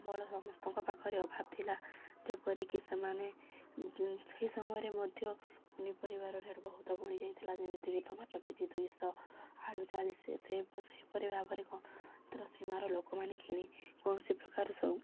ସମ୍ବଳ ସମସ୍ତଙ୍କ ପାଖରେ ଅଭାବ ଥିଲା ଯେପରିକି ସେମାନେ ସେହି ସମୟରେ ମଧ୍ୟ ପନିପରିବାର ରେଟ୍ ବହୁତ ବଢ଼ିଯାଇଥିଲା ଯେମିତିକି ଟମାଟୋ କେ ଜି ଦୁଇଶହ ଆଳୁ ଚାଳିଶ ସେହିପରି ଭାବରେ ସୀମାର ଲୋକମାନେ କିଣି କୌଣସି ପ୍ରକାର